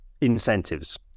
incentives